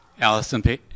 Allison